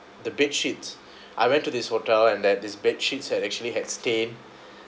the bedsheets I went to this hotel and that this bedsheets had actually had stain